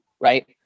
Right